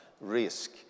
risk